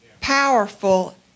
powerful